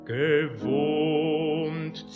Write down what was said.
gewohnt